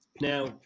Now